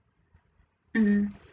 mm